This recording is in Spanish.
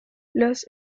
los